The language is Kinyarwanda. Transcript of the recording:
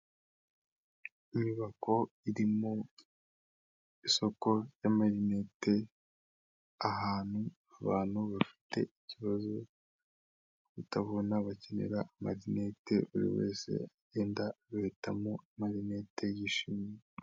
Inyubako irimo isoko ry'amarinete, ahantu abantu bafite ikibazo cyo kutabona bakenera amarinete buri wese agenda agahitamo amarinete yishimiye.